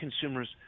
consumers